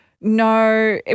No